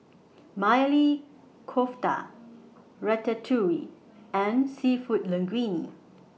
Maili Kofta Ratatouille and Seafood Linguine